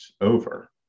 over